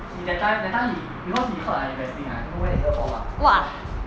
he that time that time he because he heard I investing ah I don't know where he heard from lah !wah!